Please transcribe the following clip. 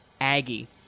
Aggie